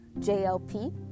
JLP